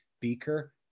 Beaker